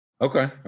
Okay